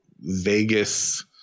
Vegas